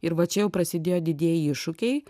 ir va čia jau prasidėjo didieji iššūkiai